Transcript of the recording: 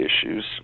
issues